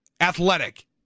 athletic